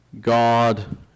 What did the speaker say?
God